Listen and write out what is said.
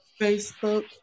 Facebook